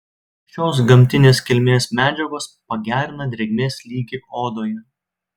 šios gamtinės kilmės medžiagos pagerina drėgmės lygį odoje